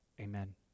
Amen